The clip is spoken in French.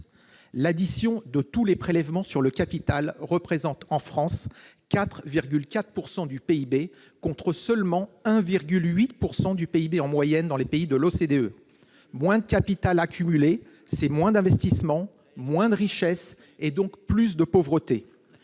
L'addition de tous les prélèvements sur le capital y représente 4,4 % du PIB, contre seulement 1,8 % du PIB en moyenne dans les pays de l'OCDE. Moins de capital accumulé, c'est moins d'investissements, moins de richesse, et donc plus de pauvreté.